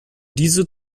diese